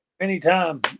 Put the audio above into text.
Anytime